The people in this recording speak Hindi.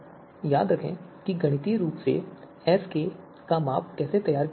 याद रखें कि गणितीय रूप से SK का माप कैसे तैयार किया जाता है